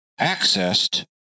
accessed